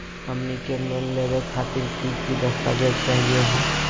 हमनी के लोन लेवे खातीर की की दस्तावेज चाहीयो हो?